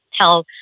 tell